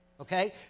okay